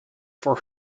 for